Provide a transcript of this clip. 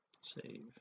save